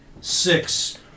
six